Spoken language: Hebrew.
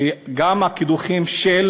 וגם הקידוחים של